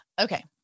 okay